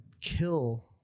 kill